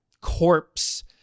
corpse